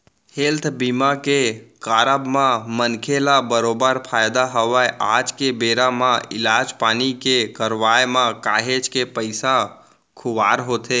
health बीमा के कारब म मनखे ल बरोबर फायदा हवय आज के बेरा म इलाज पानी के करवाय म काहेच के पइसा खुवार होथे